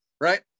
right